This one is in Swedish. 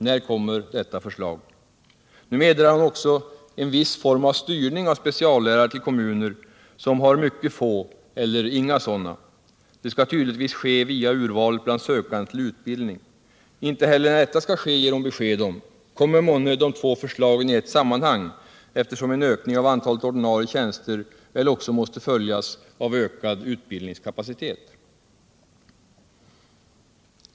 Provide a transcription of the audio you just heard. När kommer detta förslag? Nu meddelar hon också att en viss form av styrning av speciallärare skall göras till kommuner som har mycket få eller inga sådana. Det skall tydligtvis ske via urvalet bland sökande till utbildning. Inte heller när detta skall ske ger hon besked om. Kommer månne de två förslagen i ett sammanhang — eftersom en ökning av antalet ordinarie tjänster väl också måste följas av ökad utbildningskapacitet?